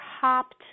hopped